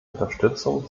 unterstützung